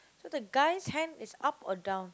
so the guy's hand is up or down